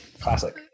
Classic